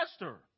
Master